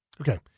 okay